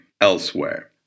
elsewhere